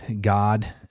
God